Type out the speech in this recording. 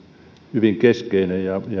hyvin keskeinen ja